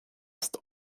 ist